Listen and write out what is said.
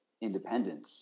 independence